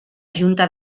junta